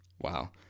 Wow